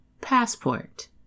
Passport